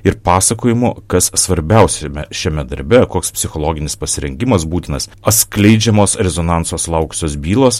ir pasakojimų kas svarbiausiame šiame darbe koks psichologinis pasirengimas būtinas atskleidžiamos rezonanso sulaukusios bylos